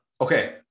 Okay